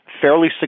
fairly